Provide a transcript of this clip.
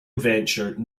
adventure